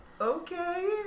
Okay